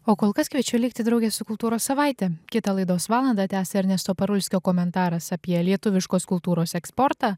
o kol kas kviečiu likti drauge su kultūros savaite kita laidos valandą tęsia ernesto parulskio komentaras apie lietuviškos kultūros eksportą